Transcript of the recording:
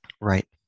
Right